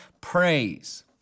praise